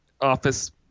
office